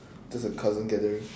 just a cousin gathering